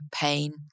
pain